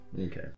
Okay